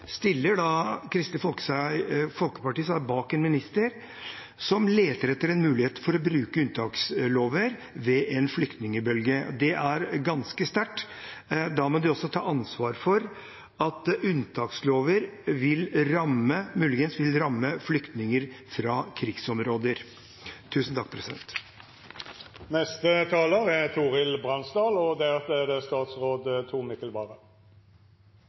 stiller Kristelig Folkeparti seg bak en minister som leter etter en mulighet til å bruke unntakslover ved en flyktningbølge. Det er ganske sterkt. Da må de også ta ansvar for at unntakslover muligens vil ramme flyktninger fra krigsområder.